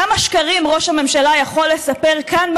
כמה שקרים ראש הממשלה יכול לספר כאן,